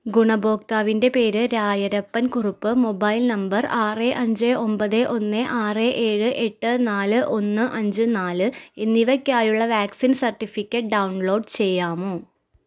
ഗുണഭോക്താവിൻ്റെ പേര് Rayarappan Kurup mobile number ആറ് അഞ്ച് ഒൻപത് ഒന്ന് ആറ് ഏഴ് എട്ട് നാല് ഒന്ന് അഞ്ച് നാല് എന്നിവയ്ക്കായുള്ള വാക്സിൻ സർട്ടിഫിക്കറ്റ് ഡൗൺലോഡ് ചെയ്യാമോ